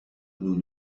nous